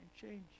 change